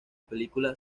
película